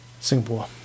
Singapore